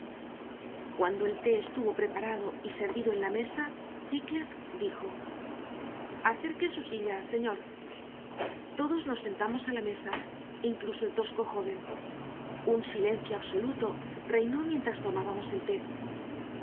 cuando el té estuvo preparado y servido en la mesa heathcliff dijo acerque su silla señor todos nos sentamos a la mesa incluso el tosco joven un silencio absoluto reinó mientras tomábamos el té